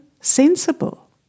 sensible